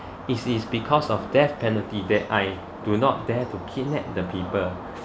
is is because of death penalty that I do not dare to kidnap the people